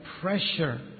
pressure